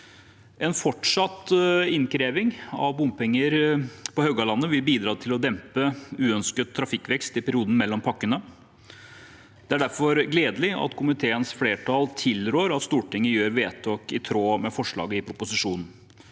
En fortsatt innkreving av bompenger på Haugalandet vil bidra til å dempe uønsket trafikkvekst i perioden mellom pakkene. Det er derfor gledelig at komiteens flertall tilrår at Stortinget gjør vedtak i tråd med forslaget i proposisjonen.